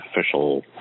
official